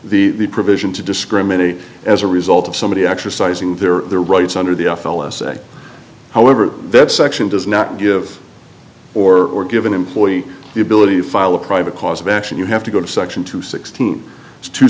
the provision to discriminate as a result of somebody exercising their rights under the f l s a however this section does not give or give an employee the ability to file a private cause of action you have to go to section two sixteen to